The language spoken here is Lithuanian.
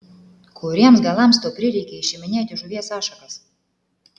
kuriems galams tau prireikė išiminėti žuvies ašakas